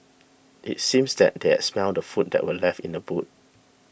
it seems that they had smelt the food that were left in the boot